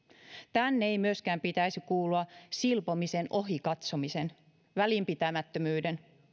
tänne ei myöskään pitäisi kuulua silpomisen ohi katsominen välinpitämättömyys